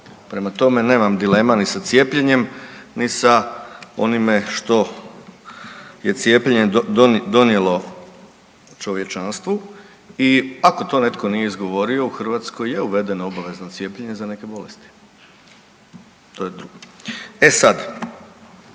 Prema tome, nemam dilema ni sa cijepljenjem, ni sa onime što je cijepljenje donijelo čovječanstvu i ako to netko nije izgovorio, u Hrvatskoj je uvedeno obavezno cijepljenje za neke bolesti … /ne razumije se/ ….